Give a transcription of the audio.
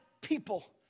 people